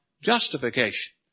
justification